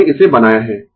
मैंने इसे बनाया है